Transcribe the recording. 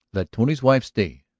let tony's wife stay,